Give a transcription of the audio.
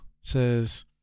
says